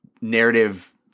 narrative